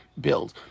build